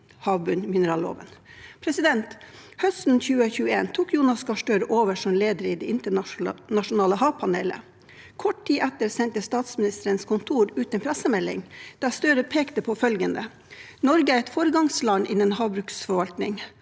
havbunnsmineralloven. Høsten 2021 tok Jonas Gahr Støre over som leder i det internasjonale havpanelet. Kort tid etter sendte Statsministerens kontor ut en pressemelding der Støre pekte på følgende: «Norge er et foregangsland innen havforvaltning.